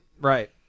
right